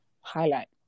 highlight